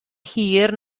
hir